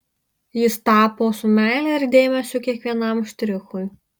jis tapo su meile ir dėmesiu kiekvienam štrichui